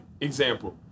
example